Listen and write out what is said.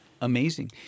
amazing